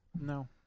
No